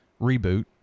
reboot